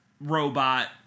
Robot